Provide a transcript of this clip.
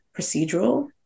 procedural